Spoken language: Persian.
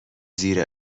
زیر